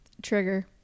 trigger